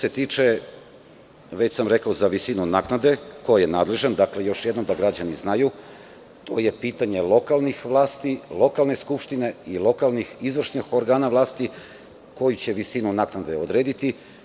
Već sam rekao ko je nadležan za visinu naknade, dakle, još jednom da građani znaju, to je pitanje lokalnih vlasti, lokalne skupštine i lokalnih izvršnih organa vlasti, koji će visinu naknade odrediti.